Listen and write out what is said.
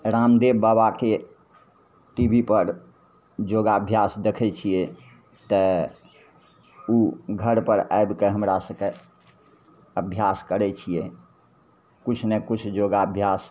रामदेव बाबाके T V पर योगाभ्यास देखय छियै तऽ उ घरपर आबि कऽ हमरा सबके अभ्यास करय छियै किछु नहि किछु योगाभ्यास